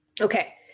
okay